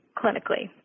clinically